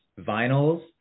vinyls